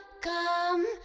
come